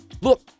Look